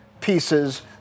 pieces